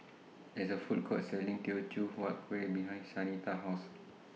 There IS A Food Court Selling Teochew Huat Kueh behind Shanita's House